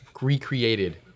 recreated